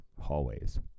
hallways